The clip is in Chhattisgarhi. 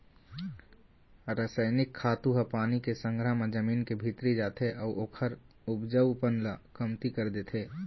रसइनिक खातू ह पानी के संघरा म जमीन के भीतरी जाथे अउ ओखर उपजऊपन ल कमती कर देथे